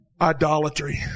idolatry